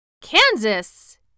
Kansas